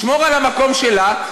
לשמור על המקום שלה,